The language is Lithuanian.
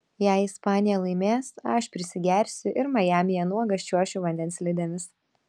jei ispanija laimės aš prisigersiu ir majamyje nuogas čiuošiu vandens slidėmis